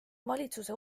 valitsuse